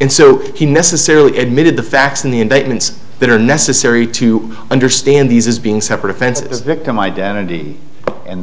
and so he necessarily admitted the facts in the indictments that are necessary to understand these as being separate offenses victim identity and t